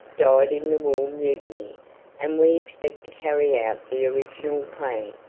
dyed-in-the-wool mutiny and we expect to carry out the original plan,